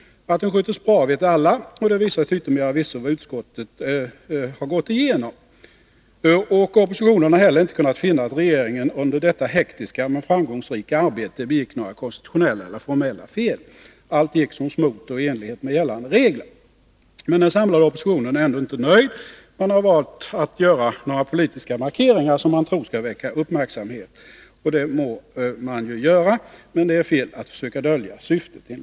Att den sköttes bra vet alla, och det visar till yttermera visso vad utskottet gått igenom. Oppositionen har heller inte kunnat finna att regeringen under detta hektiska men framgångsrika arbete begick några konstitutionella eller formella fel. Allt gick som smort och i enlighet med gällande regler. Men den samlade oppositionen är ändå inte nöjd. Man har valt att göra några politiska markeringar, som man tror skall väcka uppmärksamhet. Det må man ju göra, men det är enligt min mening fel att dölja syftet.